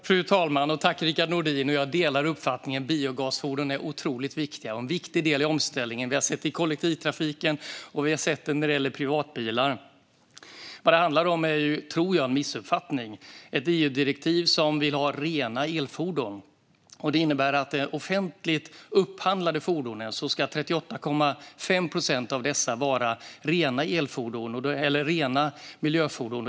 Herr talman! Jag delar uppfattningen att biogasfordon är otroligt viktiga och en central del i omställningen. Vi har sett detta i kollektivtrafiken och när det gäller privatbilar. Det handlar, tror jag, om en missuppfattning om ett EU-direktiv som vill ha rena elfordon. Det innebär att 38,5 procent av offentligt upphandlade fordon ska vara rena miljöfordon.